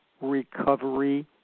recovery